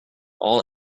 all